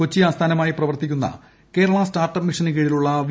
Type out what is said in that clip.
കൊച്ചി ആസ്ഥാനമായി പ്രവർത്തിക്കുന്ന Kerala startup മിഷന് കീഴിലുള്ള വി